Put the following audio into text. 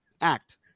act